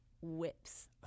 whips